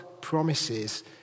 promises